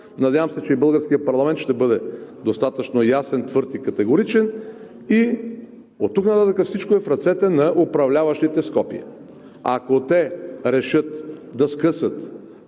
Надявам се, че и българският парламент ще бъде достатъчно ясен, твърд и категоричен и оттук нататък всичко е в ръцете на управляващите в Скопие. Ако те решат да скъсат